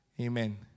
Amen